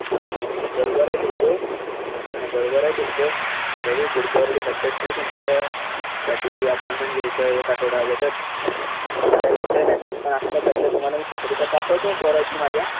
काय मग बरोबर आहे तुमचं नाही बरोबर आहे तुमचं बघू पुढच्या वर्षी लक्षात ठेवू तुमच्या साठी अपॉयनमेंट घ्यायचं एक आठवडा अगोदर एवढा काय विषय नाही त्यात पण आत्ता सध्या तुम्हाला मी पत्रिका पाठवतो पोराची माझ्या